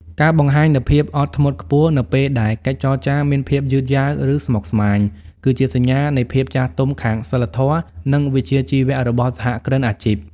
ការបង្ហាញនូវភាពអត់ធ្មត់ខ្ពស់នៅពេលដែលកិច្ចចរចាមានភាពយឺតយ៉ាវ ឬស្មុគស្មាញ គឺជាសញ្ញានៃភាពចាស់ទុំខាងសីលធម៌ និងវិជ្ជាជីវៈរបស់សហគ្រិនអាជីព។